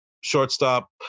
Shortstop